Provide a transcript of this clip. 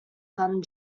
son